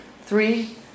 three